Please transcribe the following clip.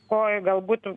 ko galbūt